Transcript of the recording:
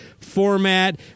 format